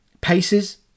PACES